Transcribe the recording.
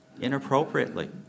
inappropriately